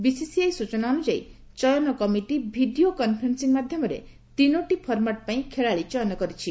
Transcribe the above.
BCCI ସୂଚନା ଅନୁଯାୟୀ ଚୟନ କମିଟି ଭିଡ଼ିଓ କନ୍ଫରେନ୍ ି ମାଧ୍ୟମରେ ତିନୋଟି ଫର୍ମାଟ ପାଇଁ ଖେଳାଳି ଚୟନ କରିଛି